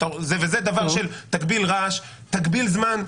וזה עניין של תגביל רעש, תגביל זמן.